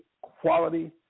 quality